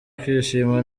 kwishima